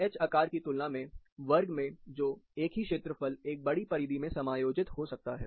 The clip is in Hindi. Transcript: एच आकार की तुलना में वर्ग में जो एक ही क्षेत्रफल एक बड़ी परिधि में समायोजित हो जाता है